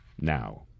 now